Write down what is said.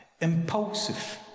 impulsive